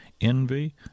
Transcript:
envy